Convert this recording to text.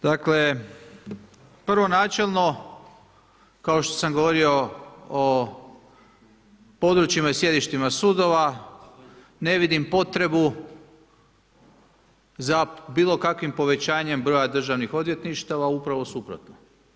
Dakle, prvo načelno kao što sam govorio o područjima i sjedištima sudova, ne vidim potrebu za bilokakvim povećanjem broja državnih odvjetništava, upravo suprotno.